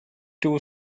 two